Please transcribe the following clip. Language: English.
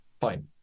fine